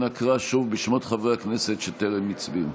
אנא קרא שוב בשמות חברי הכנסת שטרם הצביעו.